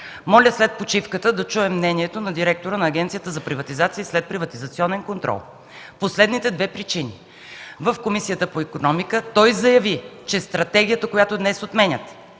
моля след почивката да чуем мнението на директора на Агенцията за приватизация и следприватизационен контрол по следните две причини. В Комисията по икономика той заяви, че стратегията, която от днес отменяте,